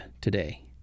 today